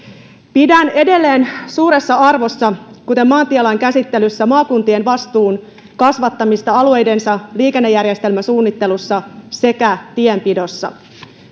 pidän edelleen suuressa arvossa kuten maantielain käsittelyssä maakuntien vastuun kasvattamista alueidensa liikennejärjestelmäsuunnittelussa sekä tienpidossa